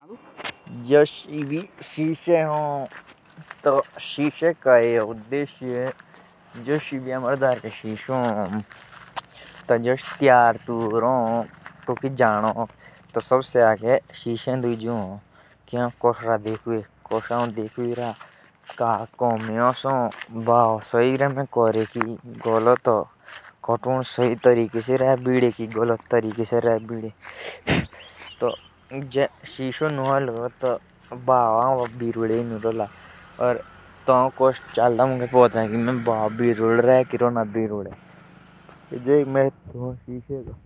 जोष आम्मरे डरके जो शिशो हम। तो जब आमे कोकि शादी या कोई जउ ह तो अपुक शीशे दे हेरे कोरी आपू तयार होन। ताकि आमे अचे देखुले।